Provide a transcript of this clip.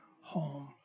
home